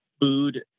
food